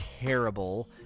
terrible